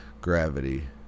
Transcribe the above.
gravity